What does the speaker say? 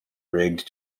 rigged